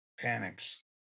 panics